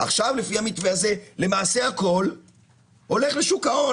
עכשיו לפי המתווה הזה למעשה הכול הולך לשוק ההון,